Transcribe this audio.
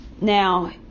Now